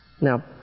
Now